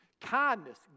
kindness